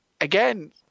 Again